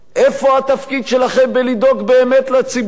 איפה התפקיד שלכם לדאוג באמת לציבור,